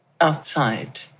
outside